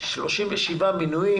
37 מינויים,